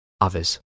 others